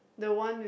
the one with